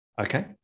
Okay